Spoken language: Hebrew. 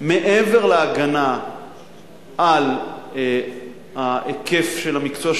מעבר להגנה על ההיקף של המקצוע,